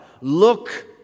look